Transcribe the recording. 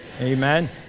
Amen